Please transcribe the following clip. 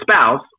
spouse